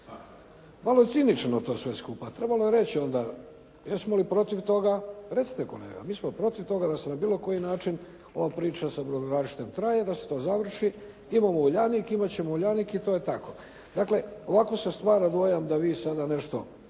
Malo cinično to sve skupa. Trebalo je reći onda jesmo li protiv toga? Recite kolega: Mi smo protiv toga da se na bilo koji način ova priča sa brodogradilištem traje, da se to završi. Imamo Uljanik, imat ćemo Uljanik i to je tako. Dakle ovako se stvara dojam da vi sada nešto